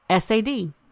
SAD